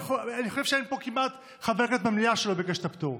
אני חושב שאין פה כמעט חבר כנסת במליאה שלא ביקש את הפטור.